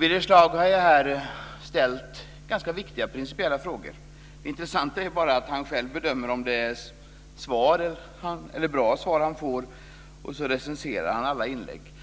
Birger Schlaug har här ställt ganska viktiga principiella frågor. Det intressanta är att han själv bedömer om de svar han får är bra, och så recenserar han alla inlägg.